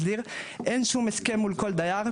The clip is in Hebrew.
אין שום הסכם מול כל דייר.